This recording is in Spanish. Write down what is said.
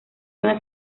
donde